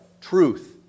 Truth